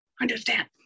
understand